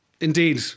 Indeed